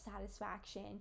satisfaction